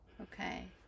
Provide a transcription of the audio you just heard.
Okay